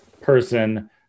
person